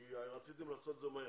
כי רציתם לעשות את זה מהר.